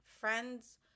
friends